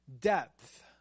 depth